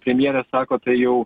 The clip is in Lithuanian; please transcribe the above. premjerė sako tai jau